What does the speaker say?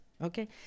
okay